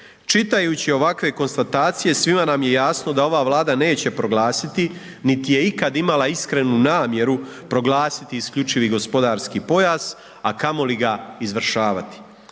Čitajući ovakve konstatacije svima nam je jasno da ova Vlada neće proglasiti niti je ikad imala iskrenu namjeru proglasiti isključivi gospodarski pojas, a kamoli ga izvršavati.